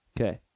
Okay